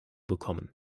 bekommen